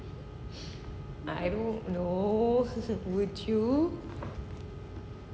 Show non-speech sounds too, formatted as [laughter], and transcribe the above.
I don't know [laughs] would you